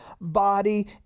body